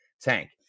tank